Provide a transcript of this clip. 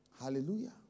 Hallelujah